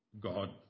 God